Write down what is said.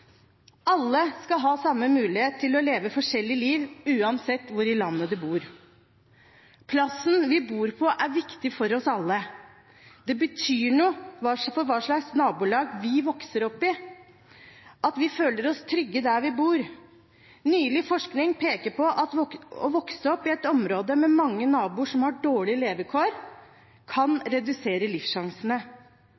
Alle skal ha samme mulighet til å leve forskjellig liv, uansett hvor i landet en bor. Plassen vi bor på, er viktig for oss alle. Det betyr noe for hva slags nabolag vi vokser opp i, at vi føler oss trygge der vi bor. Nylig forskning peker på at å vokse opp i et område med mange naboer som har dårlige levekår, kan